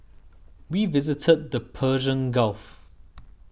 we visited the Persian Gulf